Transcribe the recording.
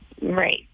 Right